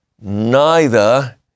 Neither